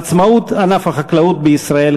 עצמאות ענף החקלאות בישראל,